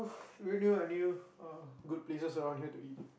I knew uh good places around here to eat